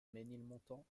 ménilmontant